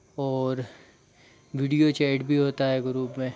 और video chat भी होता है ग्रूप में